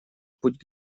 путь